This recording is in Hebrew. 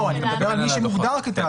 לא, אני מדבר על מי שמוגדר כתאגיד.